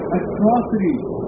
atrocities